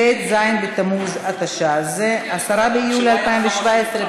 אין מתנגדים,